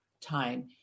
time